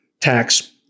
tax